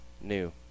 new